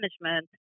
management